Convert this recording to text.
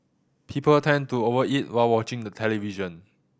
people tend to over eat while watching the television